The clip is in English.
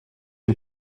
and